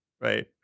right